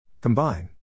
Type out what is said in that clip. Combine